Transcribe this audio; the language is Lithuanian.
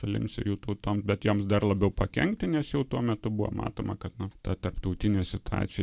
šalims ir jų tautom bet joms dar labiau pakenkti nes jau tuo metu buvo matoma kad na ta tarptautinė situacija